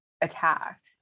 attacked